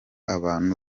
abantu